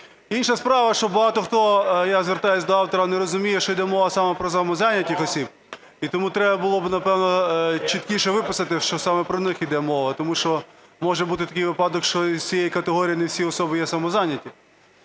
Інша справа, що багато хто, я звертаюсь до автора, не розуміє, що іде мова саме про самозайнятих осіб і тому треба було би, напевно, чіткіше виписати, що саме про них іде мова, тому що може бути такий випадок, що з цієї категорії не всі особи є самозайняті.